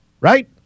right